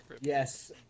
Yes